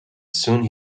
soon